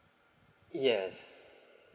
yes